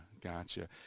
Gotcha